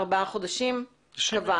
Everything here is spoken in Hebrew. ארבעה חודשים קבענו.